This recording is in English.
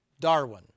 Darwin